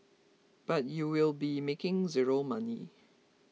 but you will be making zero money